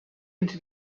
into